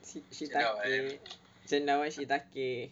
shi~ shiitake cendawan shiitake